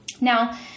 Now